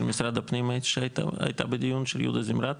משרד הפנים שהייתה בדיון של יהודה זמרת?